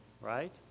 right